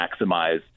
maximize